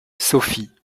sophie